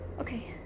Okay